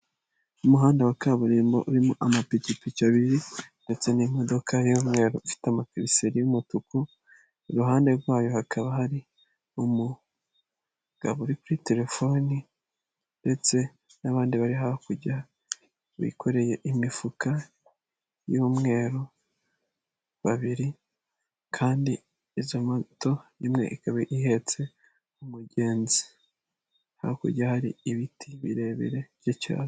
Umuhanda wa kaburimbo urimo amapikipiki abiri ndetse n'imodoka y'umweru ifite amakiriseri y'umutuku; iruhande rwayo hakaba hari umugabo uri kuri telefoni ndetse n'abandi bari hakujya bikoreye imifuka y'umweru babiri kandi izo moto; imwe ikaba ihetse umugenzi hakurya hari ibiti birebire by'icyatsi.